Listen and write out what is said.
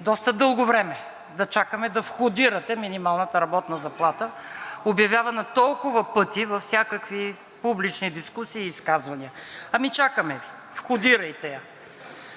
Доста дълго време да чакаме да входирате минималната работна заплата, обявявана толкова пъти във всякакви публични дискусии и изказвания. Ами, чакаме Ви, входирайте я,